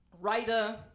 writer